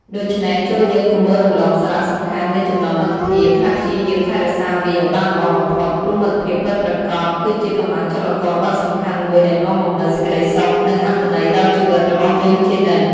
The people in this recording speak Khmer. ដូច្នេះ ចូរយើងកុំមើលរំលងសារៈសំខាន់នៃចំណងមិត្តភាព ហើយព្យាយាមថែរក្សាវាឱ្យបានល្អបំផុត ព្រោះមិត្តភាពពិតប្រាកដ គឺជាកម្លាំងចលករដ៏សំខាន់មួយដែលនាំមកនូវសេចក្តីសុខ និងអត្ថន័យដល់ជីវិតរបស់យើងជានិច្ច។